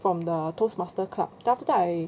from the Toastmaster club then after that I